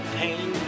pain